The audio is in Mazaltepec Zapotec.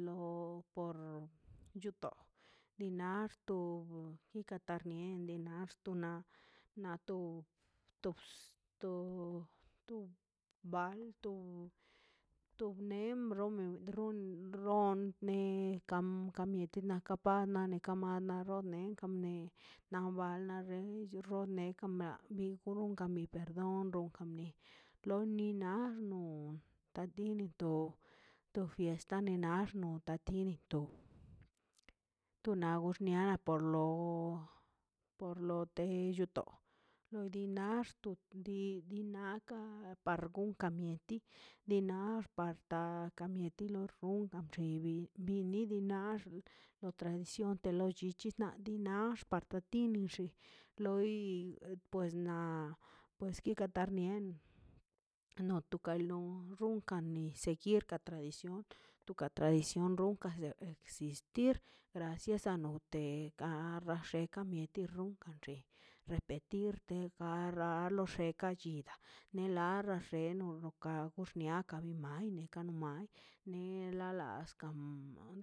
Lo por chuto li nax tob tika tarnie nin nax to na nato tobx to to- to bal to to brenen rob rone kam kamieti kam runkan no perdon runka nie lo ni na lo tanine tub to fiesta ne nax no tatini tob to gona xnia na rlo por lo te lluto lo ni nax to li dinaka par gon ka mieti dinax par kata aka mieti lo ron bini bini inab xnax lo tradición lo llichi nab li nax tata ti kinixi loi pues na pues tika karnie nute karloi mi seguir la tradición tuka tradición ronkan existir gracias a no te gaxe ka mieti runkan xe repetir te garra a lo xeka chidaꞌ le nan la feno duka box niakan bin maineka ka do mai ne la laskain mun